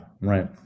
Right